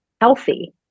healthy